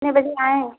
कितने बजे आएँ